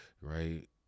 right